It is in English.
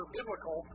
biblical